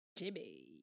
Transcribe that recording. jimmy